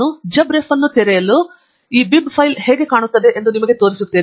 ನಾನು jabRef ಅನ್ನು ತೆರೆಯಲು ಈ ಬಿಬ್ ಫೈಲ್ ಹೇಗೆ ಕಾಣುತ್ತದೆ ಎಂದು ನಿಮಗೆ ತೋರಿಸೋಣ